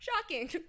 shocking